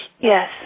Yes